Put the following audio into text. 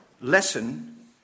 lesson